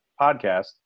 podcast